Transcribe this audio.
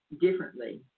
differently